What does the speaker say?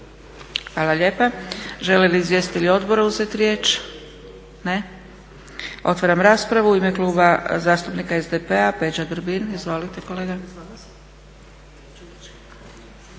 Hvala lijepa. Žele li izvjestitelji odbora uzeti riječ? Ne. Otvaram raspravu. U ime Kluba zastupnika SDP-a Peđa Grbin. Izvolite kolega.